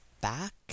back